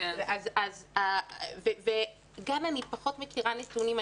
גם אני פחות מכירה נתונים.